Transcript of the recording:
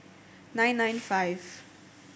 nine nine five